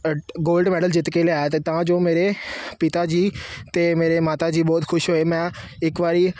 gold medal ਜਿੱਤ ਕੇ ਲਿਆਇਆ ਅਤੇ ਤਾਂ ਜੋ ਮੇਰੇ ਪਿਤਾ ਜੀ ਅਤੇ ਮੇਰੇ ਮਾਤਾ ਜੀ ਬਹੁਤ ਖੁਸ਼ ਹੋਏ ਮੈਂ ਇੱਕ ਵਾਰੀ